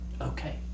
Okay